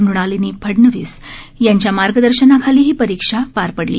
मृणालिनी फडणवीस यांच्या मार्गदर्शनाखाली ही परीक्षा पार पडली